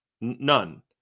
None